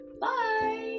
Bye